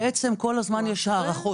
בעצם כל הזמן יש הארכות.